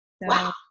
Wow